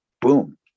boom